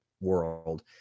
world